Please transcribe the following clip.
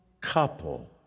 couple